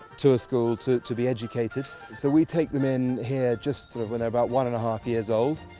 to a school to to be educated. so we take them in here just when they're about one and half years old,